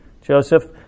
Joseph